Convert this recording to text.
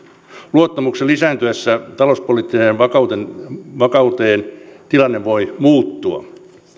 luottamuksen lisääntyessä talouspoliittiseen vakauteen vakauteen tilanne voi muuttua